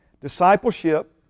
Discipleship